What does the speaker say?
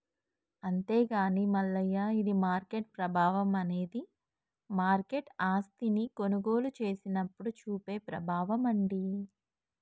అంతేగాని మల్లయ్య ఇది మార్కెట్ ప్రభావం అనేది మార్కెట్ ఆస్తిని కొనుగోలు చేసినప్పుడు చూపే ప్రభావం అండి